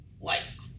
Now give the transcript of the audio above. life